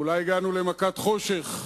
אולי הגענו למכת חושך.